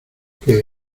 qué